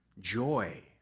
joy